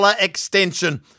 extension